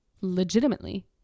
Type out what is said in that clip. legitimately